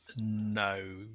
no